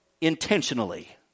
intentionally